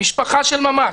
"משפחה של ממש",